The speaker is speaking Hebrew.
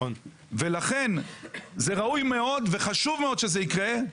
ולכן זה ראוי מאוד וחשוב מאוד שזה יקרה,